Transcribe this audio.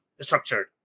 structured